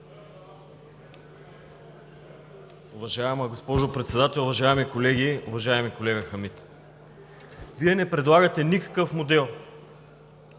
Вие не предлагате никакъв модел.